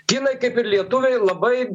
kinai kaip ir lietuviai labai